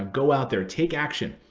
go out there. take action.